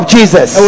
Jesus